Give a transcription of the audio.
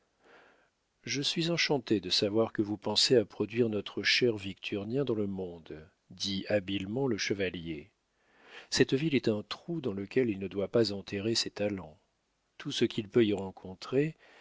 je suis enchanté de savoir que vous pensez à produire notre cher victurnien dans le monde dit habilement le chevalier cette ville est un trou dans lequel il ne doit pas enterrer ses talents tout ce qu'il peut y rencontrer